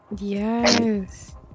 yes